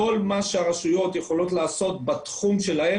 כל מה שהרשויות יכולות לעשות בתחום שלהן,